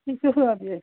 शिशुः अपि अस्ति